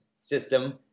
system